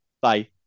Bye